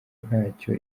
ntacyo